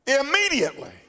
Immediately